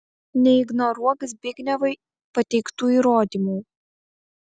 neignoruok zbignevui pateiktų įrodymų